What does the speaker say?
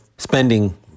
spending